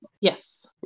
Yes